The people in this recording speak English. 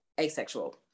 asexual